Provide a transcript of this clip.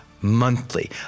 Monthly